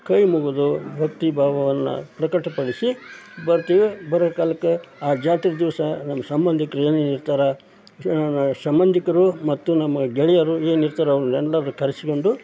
ಕೈ ಮುಗಿದು ಭಕ್ತಿ ಭಾವವನ್ನು ಪ್ರಕಟಪಡಿಸಿ ಬರ್ತೀವಿ ಬರೋ ಕಾಲಕ್ಕೆ ಆ ಜಾತ್ರೆ ದಿವಸ ನಮ್ಮ ಸಂಬಂಧಿಕ್ರು ಏನೇ ಹೇಳ್ತಾರಾ ಸಂಬಂಧಿಕರು ಮತ್ತು ನಮ್ಮ ಗೆಳೆಯರು ಏನು ಇರ್ತಾರೋ ಅವ್ರನ್ನೆಲ್ಲರೂ ಕರೆಸಿಕೊಂಡು